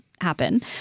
happen